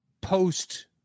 post-